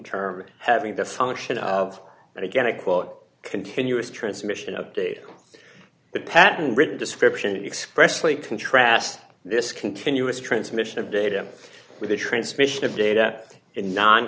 term having the function of that again to quote continuous transmission of data the patent written description expressly contrast this continuous transmission of data with the transmission of data and no